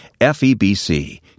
FEBC